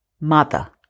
mother